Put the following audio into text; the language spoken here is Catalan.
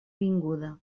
vinguda